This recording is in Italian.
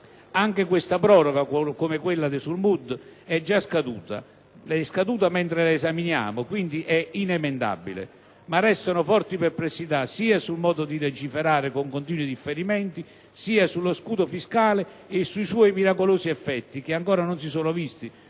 Anche questa proroga, come quella sul MUD, è già scaduta mentre la esaminiamo e quindi è inemendabile; ma restano forti perplessità sia sul modo di legiferare con continui differimenti, sia sullo scudo fiscale e sui suoi miracolosi effetti, che ancora non si sono visti,